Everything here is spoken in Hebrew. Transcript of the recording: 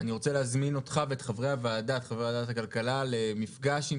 אני רוצה להזמין אותך ואת חברי וועדת הכלכלה למפגש עם